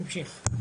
תמשיך.